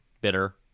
bitter